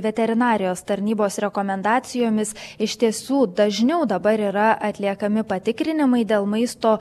veterinarijos tarnybos rekomendacijomis iš tiesų dažniau dabar yra atliekami patikrinimai dėl maisto